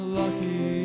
lucky